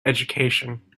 education